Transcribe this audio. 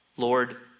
Lord